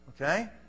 Okay